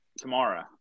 tomorrow